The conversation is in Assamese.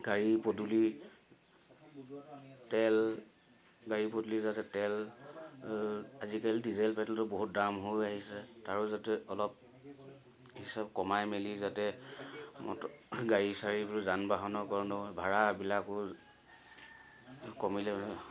গাড়ী পদূলি তেল গাড়ী পদূলি যাতে তেল আজিকালি ডিজেল পেট্ৰলটো বহুত দাম হৈ আহিছে তাৰো যাতে অলপ হিচাপ কমাই মেলি যাতে মটৰ গাড়ী চাৰিবোৰ যান বাহনৰ কৰণৰ ভাড়াবিলাকো কমিলে